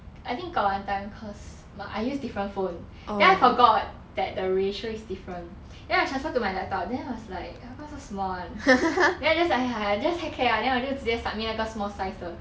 I think got one time cause but I use different phone then I forgot that the ratio is different then I transferred to my laptop then I was like how come so small [one] then I just !aiya! heck care lah then 我就直接 submit 那个 small size 的